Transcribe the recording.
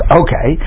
okay